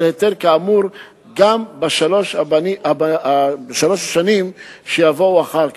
היתר כאמור גם בשלוש השנים שיבואו אחר כך.